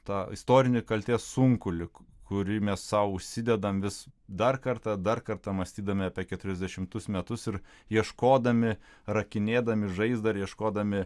tą istorinį kaltės sunkulį kurį mes sau užsidedam vis dar kartą dar kartą mąstydami apie keturiasdešimtus metus ir ieškodami rakinėdami žaizdą ir ieškodami